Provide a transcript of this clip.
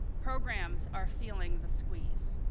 programs are feeling the squeeze.